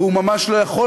והוא ממש לא יכול,